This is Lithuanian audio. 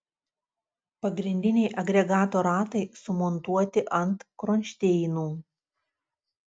pagrindiniai agregato ratai sumontuoti ant kronšteinų